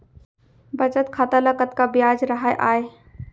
बचत खाता ल कतका ब्याज राहय आय?